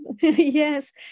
Yes